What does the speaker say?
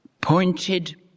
pointed